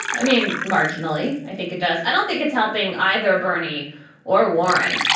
i mean, marginally. i think it does. i don't think it's helping either bernie or warren.